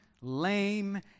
lame